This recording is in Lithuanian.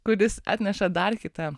kuris atneša dar kitą